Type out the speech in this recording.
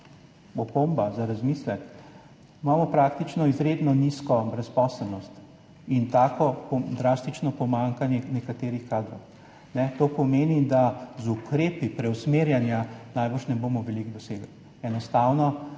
opomba za razmislek. Imamo praktično izredno nizko brezposelnost in tako drastično pomanjkanje nekaterih kadrov. To pomeni, da z ukrepi preusmerjanja najbrž ne bomo veliko dosegli. Enostavno